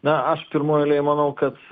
na aš pirmoj eilėj manau kad